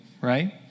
right